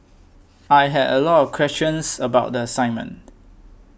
I had a lot of questions about the assignment